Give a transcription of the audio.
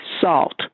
salt